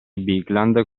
bigland